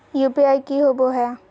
UPI की होबो है?